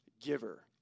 giver